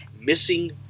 missing